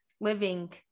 living